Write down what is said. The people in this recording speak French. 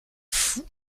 fou